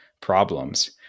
problems